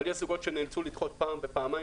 אבל יש זוגות שנאלצו לדחות פעם ופעמיים